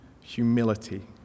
humility